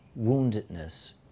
woundedness